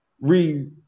re